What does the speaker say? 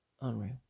Unreal